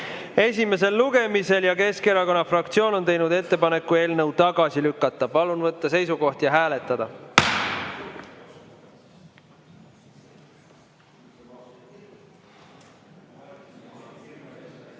esimene lugemine. Keskerakonna fraktsioon on teinud ettepaneku eelnõu tagasi lükata. Palun võtta seisukoht ja hääletada!